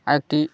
আর একটি